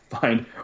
find